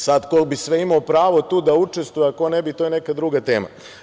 Sada ko bi sve imao pravo tu da učestvuje, a ko ne bi, to je neka druga tema.